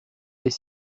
est